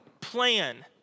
plan